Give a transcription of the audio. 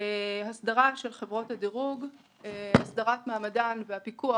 הסדרה של חברות הדירוג - הסדרת מעמדן והפיקוח